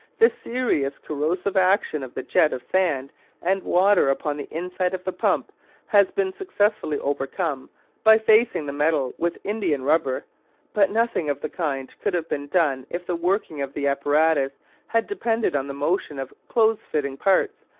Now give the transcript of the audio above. the serious corrosive action of the jet of sand and water upon the inside of the pump has been successfully overcome by facing the metal with indiarubber but nothing of the kind could have been done if the working of the apparatus had depended on the motion of close-fitting parts,